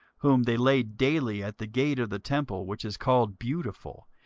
whom they laid daily at the gate of the temple which is called beautiful,